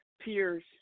peers